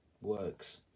works